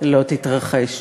לא תתרחש.